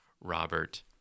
Robert